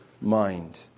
mind